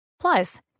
Plus